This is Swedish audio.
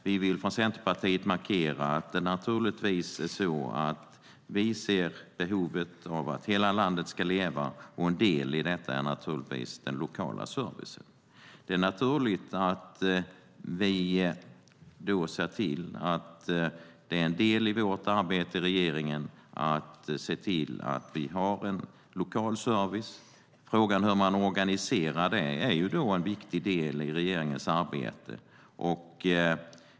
Vi vill från Centerpartiet markera att vi naturligtvis ser behovet av att hela landet ska leva, och en del i detta är den lokala servicen. Det är en del i vårt arbete, och regeringen ska se till att det finns lokal service. Hur detta organiseras är en viktig del i regeringens arbete.